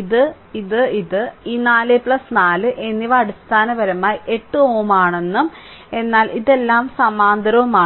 ഇത് ഇത് ഇത് ഈ 4 4 എന്നിവ അടിസ്ഥാനപരമായി 8Ω ആണെന്നും എന്നാൽ ഇതെല്ലാം സമാന്തരവുമാണ്